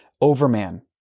overman